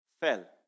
fell